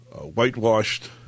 whitewashed